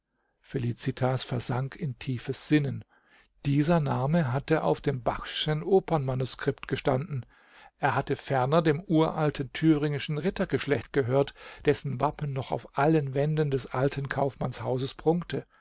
felicitas versank in tiefes sinnen dieser name hatte auf dem bachschen opernmanuskript gestanden er hatte ferner dem uralten thüringischen rittergeschlecht gehört dessen wappen noch auf allen wänden des alten kaufmannshauses prunkte